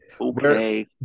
okay